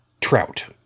trout